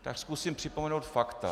Tak zkusím připomenout fakt.